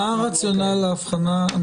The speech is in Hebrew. מה הרציונל לאבחנה?